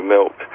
Milk